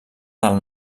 del